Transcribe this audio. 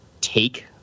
take